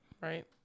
right